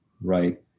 right